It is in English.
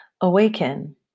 awaken